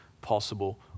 possible